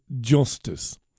justice